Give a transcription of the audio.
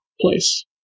place